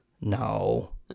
No